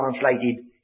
translated